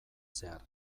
zehar